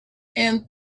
and